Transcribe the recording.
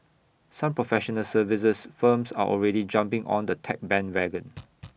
some professional services firms are already jumping on the tech bandwagon